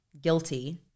guilty